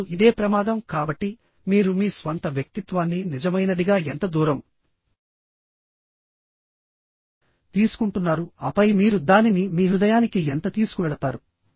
ఇప్పుడు ఇదే ప్రమాదం కాబట్టి మీరు మీ స్వంత వ్యక్తిత్వాన్ని నిజమైనదిగా ఎంత దూరం తీసుకుంటున్నారు ఆపై మీరు దానిని మీ హృదయానికి ఎంత తీసుకువెళతారు